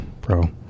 bro